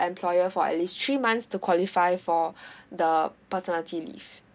employer for at least three months to qualify for the paternity leave